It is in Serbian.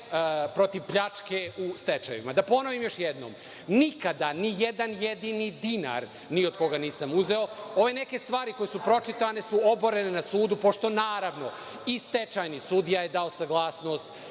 protiv pljačke u stečajevima. Da ponovim još jednom, nikada ni jedan jedini dinar ni od koga nisam uzeo. Ove neke stvari koje su pročitane su oborene na sudu, pošto naravno i stečajni sudija je dao saglasnost